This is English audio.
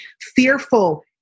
fearful